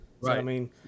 Right